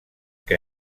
que